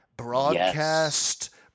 Broadcast